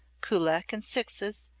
kullak in sixes,